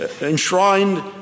enshrined